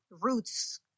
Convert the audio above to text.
roots